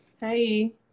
Hey